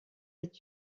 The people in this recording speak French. est